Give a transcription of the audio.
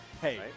Hey